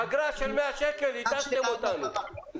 אגרה של 100 שקל, התשתם אותנו.